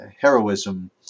heroism